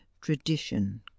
tradition